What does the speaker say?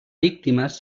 víctimes